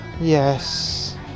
Yes